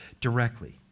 directly